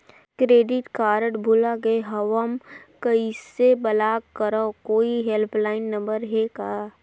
Credit card भुला गे हववं कइसे ब्लाक करव? कोई हेल्पलाइन नंबर हे का?